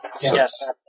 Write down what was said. Yes